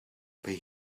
pay